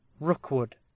Rookwood